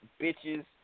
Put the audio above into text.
bitches